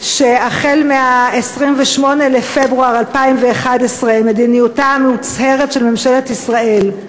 שהחל מ-28 בפברואר 2011 מדיניותה המוצהרת של ממשלת ישראל,